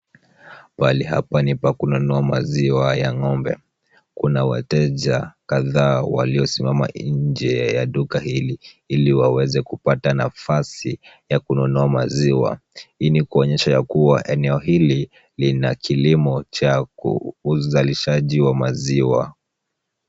Pahali hapa ni pa kununua maziwa ya ng'ombe. Kuna wateja kadhaa waliosimama nje ya duka hili, ili waweze kupata nafasi ya kununua maziwa. Hii ni kuonyesha ya kuwa eneo hili lina kilimo cha uzalishaji wa maziwa.